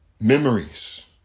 memories